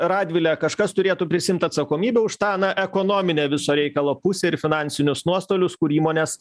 radvile kažkas turėtų prisiimt atsakomybę už tą na ekonominę viso reikalo pusę ir finansinius nuostolius kur įmonės